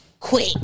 Quick